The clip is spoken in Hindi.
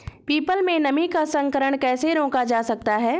पीपल में नीम का संकरण कैसे रोका जा सकता है?